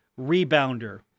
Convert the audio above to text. rebounder